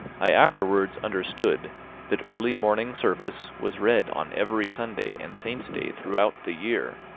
i afterwards understood that early morning service was read on every sunday and saint's day throughout the year,